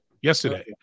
yesterday